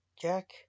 Jack